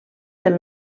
del